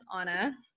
Anna